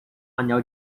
anel